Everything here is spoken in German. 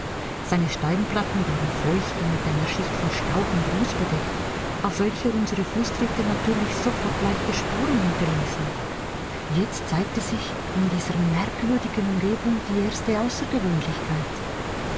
seine steinplatten waren feucht und mit einer schicht von staub und ruß bedeckt auf welcher unsere fußtritte natürlich sofort leichte spuren hinterließen jetzt zeigte sich in dieser merkwürdigen umgebung die erste außergewöhnlichkeit